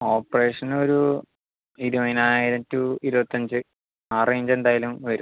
ഓപ്പറേഷനൊരു ഇരുപതിനായിരം ടു ഇരുപത്തഞ്ച് ആ റേഞ്ച് എന്തായാലും വരും